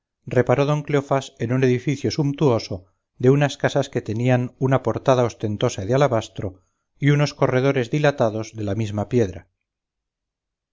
reparó don cleofás en un edificio sumptuoso de unas casas que tenían una portada ostentosa de alabastro y unos corredores dilatados de la misma piedra